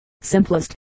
simplest